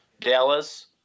Dallas